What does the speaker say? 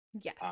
Yes